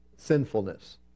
Sinfulness